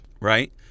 right